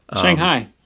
Shanghai